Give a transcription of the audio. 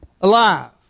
alive